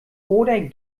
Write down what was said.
oder